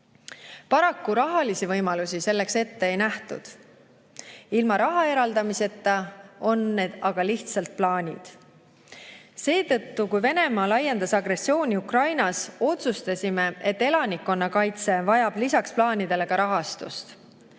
Paraku rahalisi võimalusi selleks ette ei nähtud. Ilma raha eraldamiseta on need aga lihtsalt plaanid. Seetõttu pärast seda, kui Venemaa oli agressiooni Ukrainas laiendanud, otsustasime, et elanikkonnakaitse vajab lisaks plaanidele ka rahastust.